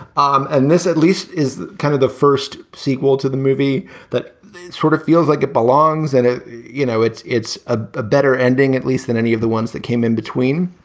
um and this at least is kind of the first sequel to the movie that sort of feels like it belongs and you know it's it's a better ending at least than any of the ones that came in between.